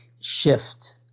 shift